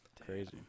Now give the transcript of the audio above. Crazy